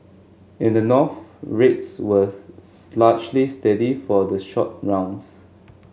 in the North rates were largely steady for the short rounds